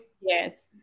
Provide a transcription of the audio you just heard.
Yes